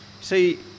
see